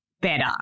better